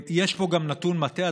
יש פה גם נתון מטעה,